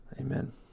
Amen